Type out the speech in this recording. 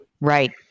Right